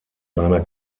seiner